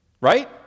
Right